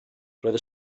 roedd